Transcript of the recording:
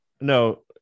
No